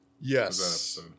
Yes